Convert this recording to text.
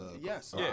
Yes